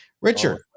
Richard